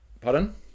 Pardon